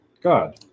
god